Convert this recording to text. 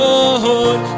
Lord